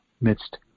midst